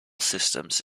systems